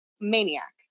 Maniac